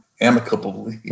amicably